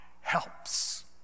helps